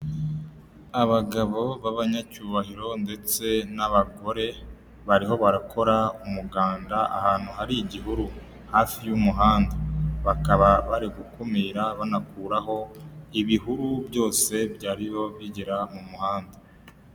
Abagabo b'abanyacyubahiro ndetse n'abagore, bariho barakora umuganda ahantu hari igihuru, hafi y'umuhanda bakaba bari gukumira banakuraho ibihuru byose byariho bigera mu muhanda.